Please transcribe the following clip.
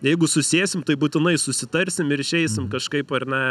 jeigu susėsim tai būtinai susitarsim ir išeisim kažkaip ar ne